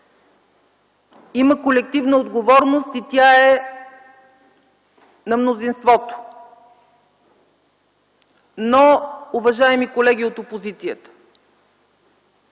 Има колективна отговорност и тя е на мнозинството. Но, уважаеми колеги от опозицията,